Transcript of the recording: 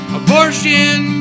abortion